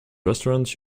restaurant